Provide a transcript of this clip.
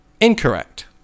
Incorrect